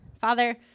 Father